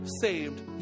saved